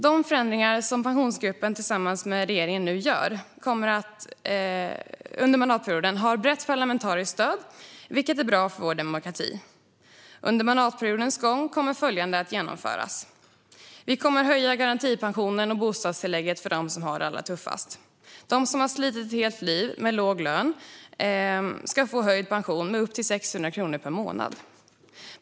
De förändringar som Pensionsgruppen tillsammans med regeringen nu gör under mandatperioden har brett parlamentariskt stöd, vilket är bra för vår demokrati. Under mandatperiodens gång kommer följande att genomföras: Vi kommer att höja garantipensionen och bostadstillägget för dem som har det allra tuffast. De som har slitit ett helt liv med låg lön ska få höjd pension med upp till 600 kronor per månad.